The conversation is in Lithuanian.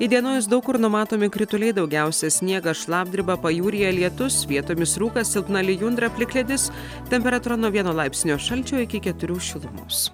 įdienojus daug kur numatomi krituliai daugiausia sniegas šlapdriba pajūryje lietus vietomis rūkas silpna lijundra plikledis temperatūra nuo vieno laipsnio šalčio iki keturių šildomos